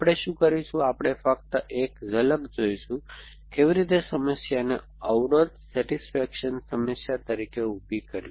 આપણે શું કરીશું આપણે ફક્ત એક ઝલક જોઈશું કે કેવી રીતે સમસ્યાને અવરોધક સેટિસ્ફેક્શન સમસ્યા તરીકે ઉભી કરવી